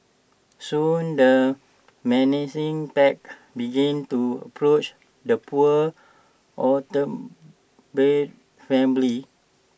soon the menacing pack began to approach the poor family